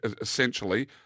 essentially